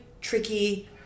tricky